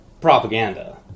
propaganda